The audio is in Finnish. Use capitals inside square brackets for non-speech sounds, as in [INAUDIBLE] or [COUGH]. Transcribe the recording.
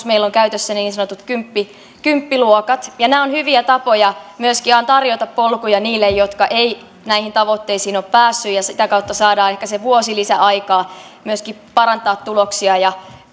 [UNINTELLIGIBLE] meillä on käytössä niin sanotut kymppiluokat kymppiluokat ja nämä ovat hyviä tapoja myöskin tarjota polkuja niille jotka eivät näihin tavoitteisiin ole päässeet ja sitä kautta saadaan ehkä se vuosi lisäaikaa myöskin parantaa tuloksia ja